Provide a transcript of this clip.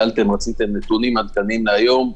רציתם נתונים עדכניים להיום.